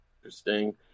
interesting